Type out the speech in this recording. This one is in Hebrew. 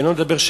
אני לא מדבר על